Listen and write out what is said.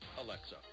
Alexa